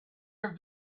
are